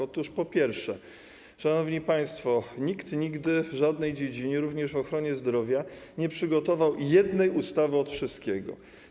Otóż, po pierwsze, szanowni państwo, nikt nigdy w żadnej dziedzinie, również w ochronie zdrowia, nie przygotował jednej ustawy od wszystkiego.